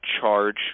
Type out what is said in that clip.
charge